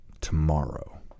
tomorrow